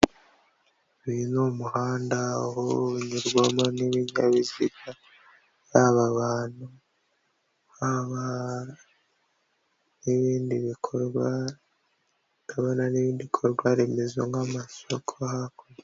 Uyu ni umuhanda aho unyurwamo n'ibinyabiziga, yaba abantu, yaba n'ibindi bikorwa, hakaba n'ibindi bikorwaremezo nk'amasoko hakurya.